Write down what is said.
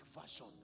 version